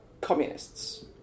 communists